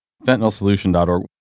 Fentanylsolution.org